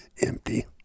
empty